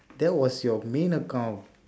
that was your main account